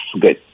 good